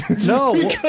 No